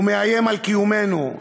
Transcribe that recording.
הוא מאיים על קיומנו.